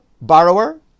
borrower